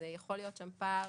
ויכול להיות כאן פער.